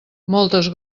moltes